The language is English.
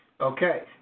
Okay